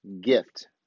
gift